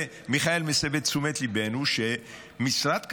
ומיכאל מסב את תשומת ליבנו שמשרד כזה,